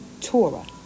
Torah